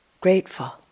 grateful